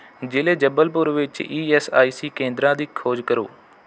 ਜ਼ਿਲ੍ਹੇ ਜਬਲਪੁਰ ਵਿੱਚ E S I C ਕੇਂਦਰਾਂ ਦੀ ਖੋਜ ਕਰੋ